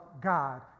God